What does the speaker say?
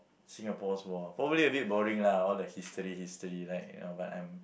Singapore's war probably a bit boring lah all the history history like uh but I'm